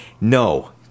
No